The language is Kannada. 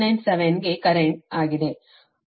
997 ಗೆ ಕರೆಂಟ್ ಆಗಿದೆ